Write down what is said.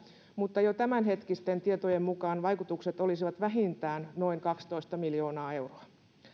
mutta jo tämänhetkisten tietojen mukaan vaikutukset olisivat vähintään noin kaksitoista miljoonaa euroa